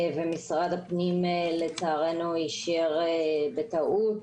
ומשרד הפנים, לצערנו, אישר בטעות,